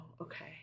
okay